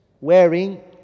wearing